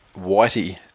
Whitey